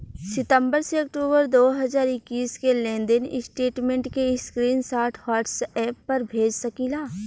सितंबर से अक्टूबर दो हज़ार इक्कीस के लेनदेन स्टेटमेंट के स्क्रीनशाट व्हाट्सएप पर भेज सकीला?